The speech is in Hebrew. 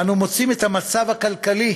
אנו מוצאים את המצב הכלכלי